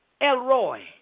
Elroy